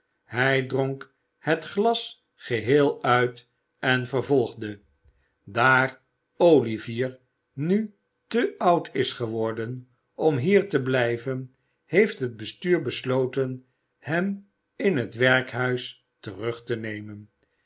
hij dronk het glas geheel uit en vervolgde daar olivier nu te oud is geworden om hier te blijven heeft het bestuur besloten hem in het werkhuis terug te nemen